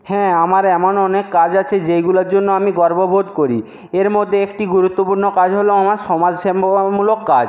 হ্যাঁ আমার এমন অনেক কাজ আছে যেইগুলোর জন্য আমি গর্ববোধ করি এর মধ্যে একটি গুরুত্বপূর্ণ কাজ হলো আমার সমাজসেবামূলক কাজ